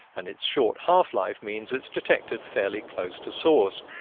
and its short half-life means it's detected fairly close to source.